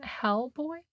Hellboy